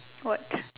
what